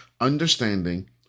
understanding